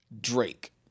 Drake